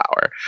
power